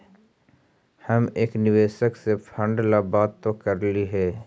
हम एक निवेशक से फंड ला बात तो करली हे